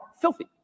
filthy